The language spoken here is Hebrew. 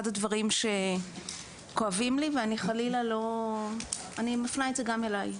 אחד הדברים שכואבים לי ואני מפנה את זה גם אליי,